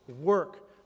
work